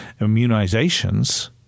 immunizations